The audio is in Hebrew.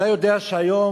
אתה יודע שהיום